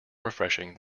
refreshing